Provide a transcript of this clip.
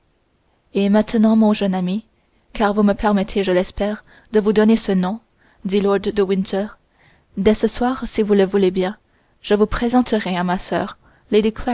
et maintenant mon jeune ami car vous me permettrez je l'espère de vous donner ce nom dit lord de winter dès ce soir si vous le voulez bien je vous présenterai à ma soeur